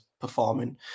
performing